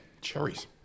cherries